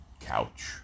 couch